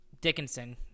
Dickinson